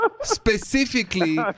Specifically